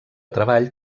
treball